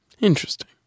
interesting